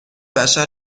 بشر